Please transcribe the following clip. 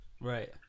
right